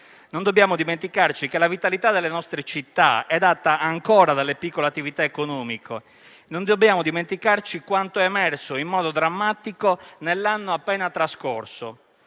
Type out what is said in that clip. Non dobbiamo dimenticarci che la vitalità delle nostre città è data ancora dalle piccole attività economiche. Non dobbiamo dimenticarci quanto è emerso in modo drammatico nell'anno appena trascorso.